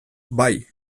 bai